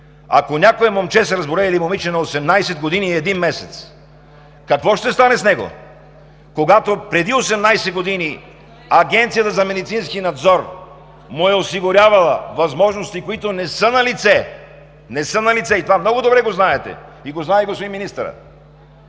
момче или момиче се разболее на 18 години и един месец, какво ще стане с него? Когато преди 18 години Агенцията за медицински надзор му е осигурявала възможности, които не са налице, и това много добре го знаете, знае го и господин министърът.